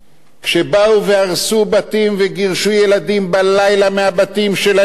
כשבאו והרסו בתים וגירשו ילדים בלילה מהבתים שלהם,